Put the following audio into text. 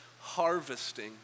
harvesting